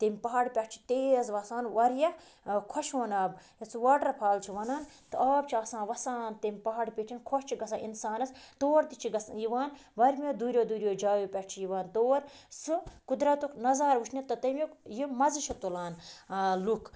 تٔمۍ پہاڑ پٮ۪ٹھ چھِ تیز وَسان واریاہ خۄشوُن آب یَتھ سُہ واٹرفال چھِ وَنان تہٕ آب چھِ آسان وَسان تٔمۍ پہاڑٕ پیٚٹھ خۄش چھُ گژھان اِنسانَس تور تہِ چھِ گژھ یِوان وارمیو دوٗریو دوٗریو جایو پٮ۪ٹھ چھِ یِوان تور سُہ قُدرَتُک نظارٕ وٕچھنہٕ تہٕ تَمیُک یہِ مَزٕ چھِ تُلان لُکھ